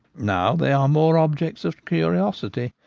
now they are more objects of curiosity,